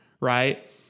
right